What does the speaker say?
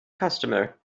customer